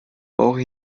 brauche